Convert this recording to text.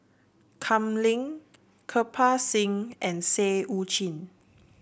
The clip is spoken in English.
Kam Ning Kirpal Singh and Seah Eu Chin